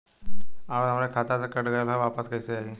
आऊर हमरे खाते से कट गैल ह वापस कैसे आई?